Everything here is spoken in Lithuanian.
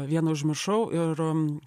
vieną užmiršau ir